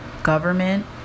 government